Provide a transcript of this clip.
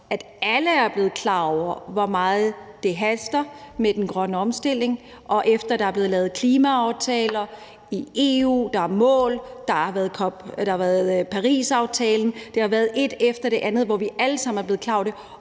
at alle er blevet klar over, hvor meget det haster med den grønne omstilling. Det er sket, efter der er blevet lavet klimaaftaler i EU. Der er kommet mål. Parisaftalen er blevet lavet. Der har været det ene efter det andet, så vi alle sammen er blevet klar over det,